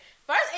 First